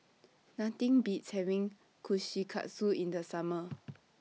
Nothing Beats having Kushikatsu in The Summer